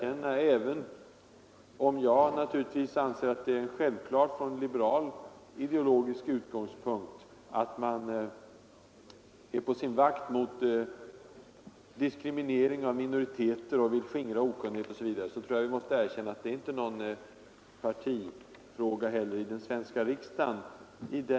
Även om jag anser att det från liberal ideologisk utgångspunkt är särskilt naturligt att vara på sin vakt mot diskriminering av minoriteter, tror jag vi måste erkänna, att det inte heller är någon partifråga i den svenska riksdagen.